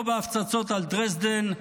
לא בהפצצות על דרזדן,